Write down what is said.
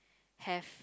have